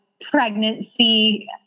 pregnancy